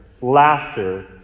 laughter